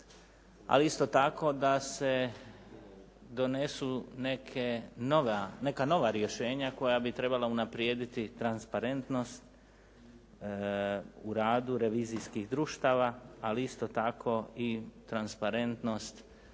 ali isto tako da se donesu neka nova rješenja koja bi trebala unaprijediti transparentnost u radu revizijskih društava ali isto tako i transparentnost